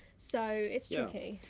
so it's tricky. yeah.